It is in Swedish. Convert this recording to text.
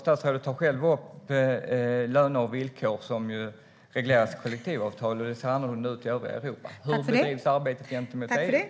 Statsrådet tar själv upp löner och villkor som regleras i kollektivavtal. Det ser annorlunda ut i övriga Europa. Hur bedrivs arbetet gentemot EU?